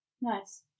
Nice